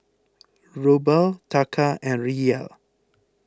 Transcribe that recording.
Ruble Taka and Riel